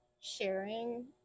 sharing